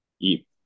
Eat